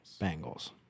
Bengals